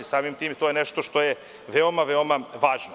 Samim tim to je nešto što je veoma, veoma važno.